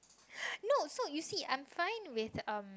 no so you see I'm fine with um